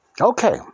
Okay